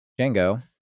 django